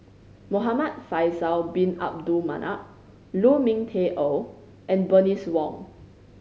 Muhamad Faisal Bin Abdul Manap Lu Ming Teh Earl and Bernice Wong